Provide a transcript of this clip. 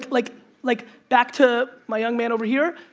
like like back to my young man over here,